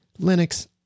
Linux